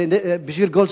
בשביל גולדסטון,